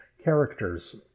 characters